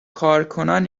کارکنان